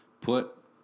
put